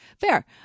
Fair